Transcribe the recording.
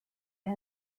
him